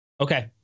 Okay